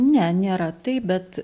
ne nėra taip bet